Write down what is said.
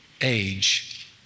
age